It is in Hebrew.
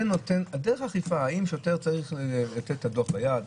דרך האכיפה אם שוטר צריך לתת את הדוח ביד,